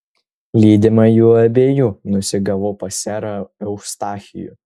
lydima jų abiejų nusigavau pas serą eustachijų